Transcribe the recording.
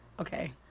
Okay